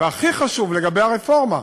והכי חשוב, לגבי הרפורמה,